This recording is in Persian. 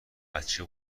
بچه